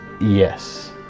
Yes